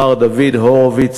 מר דוד הורוביץ,